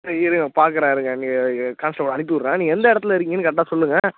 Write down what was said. இருங்க பார்க்குறேன் இருங்க நீ கான்ஸ்டபிள் அனுப்பிவிட்றேன் நீங்கள் எந்த இடத்துல இருக்கீங்கன்னு கரெக்டாக சொல்லுங்கள்